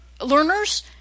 learners